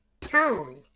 tone